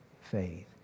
faith